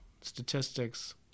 statistics